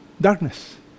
darkness